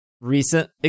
Recent